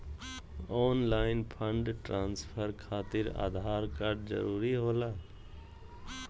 Online fund transfer खातिर Aadhaar card जरूरी होला?